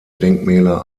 denkmäler